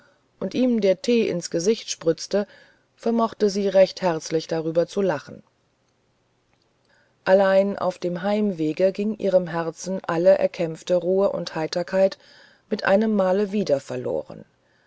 und ihm der tee ins gesicht sprützte vermochte sie recht herzlich darüber zu lachen allein auf dem heimwege ging ihrem herzen alle erkämpfte ruhe und heiterkeit mit einem male wieder verloren